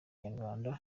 inyarwanda